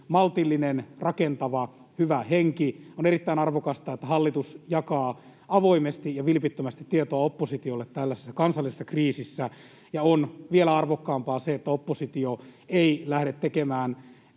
maltillinen, rakentava, hyvä henki. On erittäin arvokasta, että hallitus jakaa avoimesti ja vilpittömästi tietoa oppositiolle tällaisessa kansallisessa kriisissä, ja on vielä arvokkaampaa se, että oppositio ei lähde tekemään